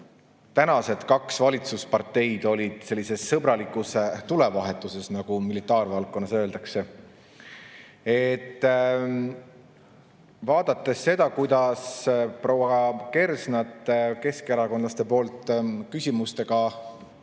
tänast valitsusparteid olid sellises sõbralikus tulevahetuses, nagu militaarvaldkonnas öeldakse. Vaadates seda, kuidas proua Kersnat keskerakondlaste poolt küsimustega